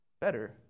better